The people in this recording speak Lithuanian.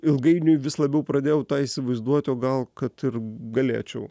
ilgainiui vis labiau pradėjau tą įsivaizduoti o gal kad ir galėčiau